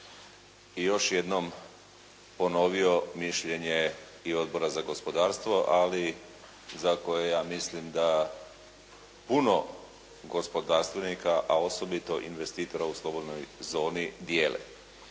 i još jednom ponovio mišljenje i Odbora za zakonodavstvo, ali za koje ja mislim da puno gospodarstvenika a osobito investitora u slobodnoj zoni dijele,